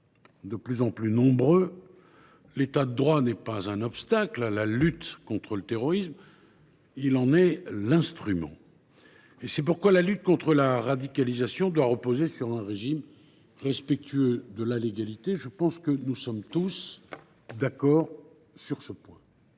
de plus en plus nombreux, l’État de droit n’est pas un obstacle à la lutte contre le terrorisme : il en est l’instrument. C’est pourquoi la lutte contre la radicalisation doit reposer sur un régime respectueux de la légalité ; nous serons tous d’accord sur ce point,